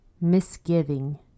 misgiving